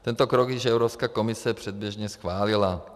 Tento krok již Evropská komise předběžně schválila.